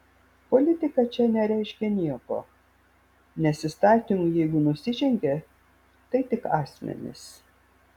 politika čia nereiškia nieko nes įstatymui jeigu nusižengė tai tik asmenys